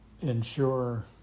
ensure